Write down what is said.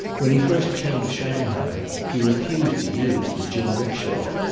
when he first came to shanghai he refused to use the jinrickshaw.